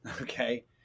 okay